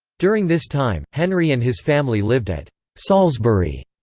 during this time, henry and his family lived at salisbury,